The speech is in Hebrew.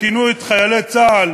וכינו את חיילי צה"ל